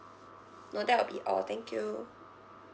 no that will be all thank you